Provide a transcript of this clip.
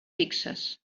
fixes